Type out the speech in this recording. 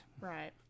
Right